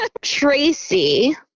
Tracy